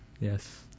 Yes